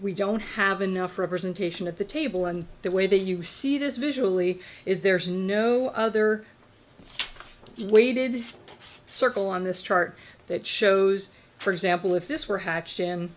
we don't have enough representation at the table on the way that you see this visually is there's no other way did circle on this chart that shows for example if this were hatched